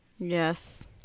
yes